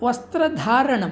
वस्त्रधारणम्